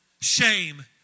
shame